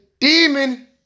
Demon